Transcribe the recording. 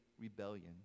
rebellion